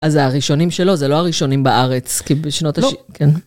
אז הראשונים שלו זה לא הראשונים בארץ, כי בשנות השבעים, לא. כן.